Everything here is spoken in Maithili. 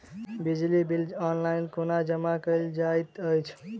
बिजली बिल ऑनलाइन कोना जमा कएल जाइत अछि?